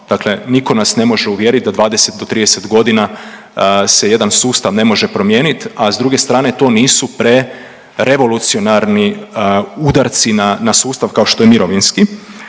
dakle nitko nas ne može uvjeriti da 20 do 30 godina se jedan sustav ne može promijenit, a s druge strane to nisu pre revolucionarni udarci na sustav kao što je mirovinski,